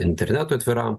interneto atviram